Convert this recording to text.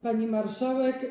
Pani Marszałek!